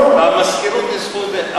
במזכירות ניסחו את זה,